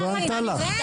היא עוד לא ענתה לך.